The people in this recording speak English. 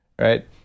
right